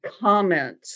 comment